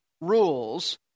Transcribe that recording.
rules